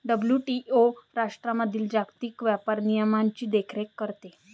WTO राष्ट्रांमधील जागतिक व्यापार नियमांची देखरेख करते